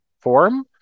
form